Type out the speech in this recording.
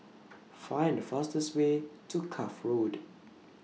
Find The fastest Way to Cuff Road